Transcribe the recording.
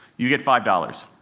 you get five dollars.